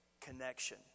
connection